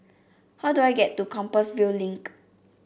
how do I get to Compassvale Link